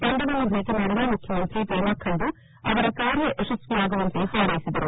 ತಂಡವನ್ನು ಭೇಟಿ ಮಾಡಿದ ಮುಖ್ಯಮಂತ್ರಿ ಪೇಮಾ ಖಂಡು ಅವರ ಕಾರ್ಯ ಯಶಸ್ತಿಯಾಗುವಂತೆ ಹಾರ್ವೈಸಿದರು